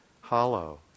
hollow